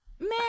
Man